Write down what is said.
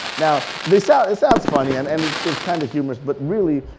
now this ah sounds funny, and and it's it's kind of humorous, but really,